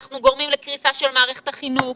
אנחנו גורמים לקריסה של מערכת החינוך.